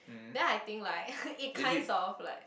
then I think like it kinds of like